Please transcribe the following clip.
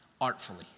artfully